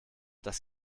das